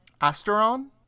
Asteron